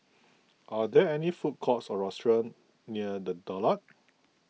are there food courts or restaurants near the Daulat